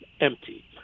empty